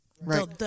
Right